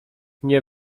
nie